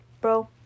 Bro